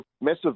massive